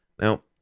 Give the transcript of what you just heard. Now